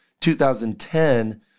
2010